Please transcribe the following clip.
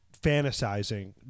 fantasizing